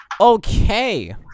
Okay